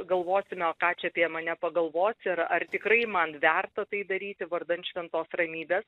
galvosime o ką čia apie mane pagalvos ir ar tikrai man verta tai daryti vardan šventos ramybės